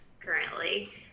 currently